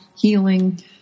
healing